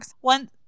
One